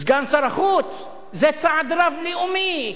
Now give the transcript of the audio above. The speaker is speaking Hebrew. סגן שר החוץ, זה צעד רב-לאומי.